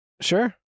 sure